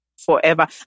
forever